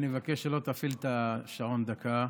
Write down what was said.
אני מבקש שלא תפעיל את השעון דקה.